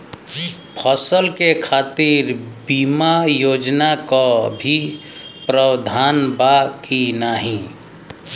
फसल के खातीर बिमा योजना क भी प्रवाधान बा की नाही?